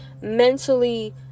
mentally